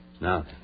Now